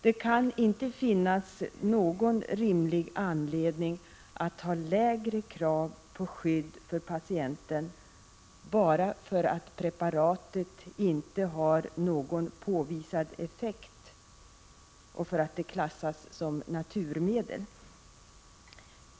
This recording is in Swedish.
Det kan inte finnas någon rimlig anledning att ha lägre krav på skydd för patienten bara för att preparatet inte har någon påvisad effekt och klassas som naturmedel.